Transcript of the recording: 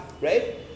right